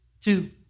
two